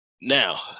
Now